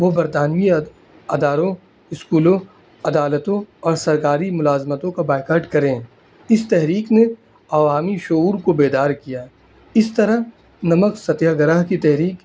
وہ برطانوی اداروں اسکولوں عدالتوں اور سرکاری ملازمتوں کا بائکٹ کریں اس تحریک نے عوامی شعور کو بیدار کیا اس طرح نمک ستیہ گرہ کی تحریک